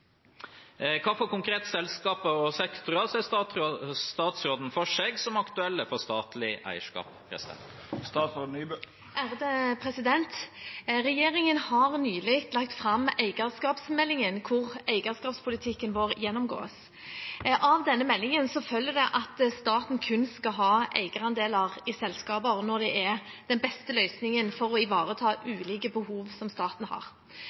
konkrete selskaper og sektorer ser statsråden for seg som aktuelle for statlig eierskap?» Regjeringen har nylig lagt fram eierskapsmeldingen, der eierskapspolitikken vår gjennomgås. Av denne meldingen følger det at staten kun skal ha eierandeler i selskaper når det er den beste løsningen for å ivareta ulike behov som staten har.